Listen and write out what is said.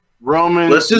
Roman